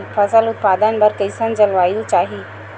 फसल उत्पादन बर कैसन जलवायु चाही?